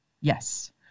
Yes